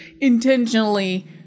intentionally